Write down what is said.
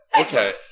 okay